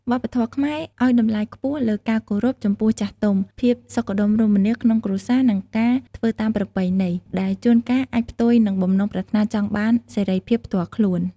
វប្បធម៌ខ្មែរឲ្យតម្លៃខ្ពស់លើការគោរពចំពោះចាស់ទុំ ភាពសុខដុមរមនាក្នុងគ្រួសារ និងការធ្វើតាមប្រពៃណី ដែលជួនកាលអាចផ្ទុយនឹងបំណងប្រាថ្នាចង់បានសេរីភាពផ្ទាល់ខ្លួន។